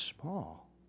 small